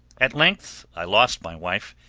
at length i lost my wife,